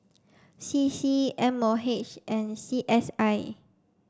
C C M O H and C S I